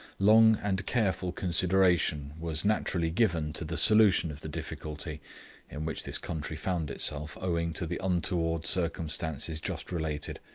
long and careful consideration was naturally given to the solution of the difficulty in which this country found itself owing to the untoward circumstances just related.